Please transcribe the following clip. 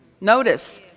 notice